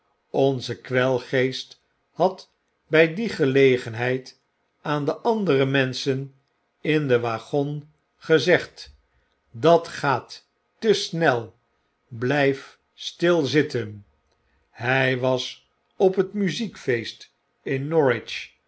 onze kwelgeest had bg die gelegenheid aan de andere menschen in den waggon gezegd dat gaat te snel maar blgf stil zitten hg was op het muziekfeest te